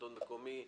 השלטון המקומי,